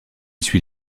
suit